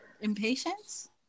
impatience